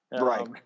Right